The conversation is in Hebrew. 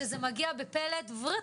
אני יכולה להגיד לך שזה מגיע בפלט אחד,